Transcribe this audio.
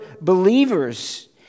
believers